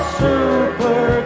super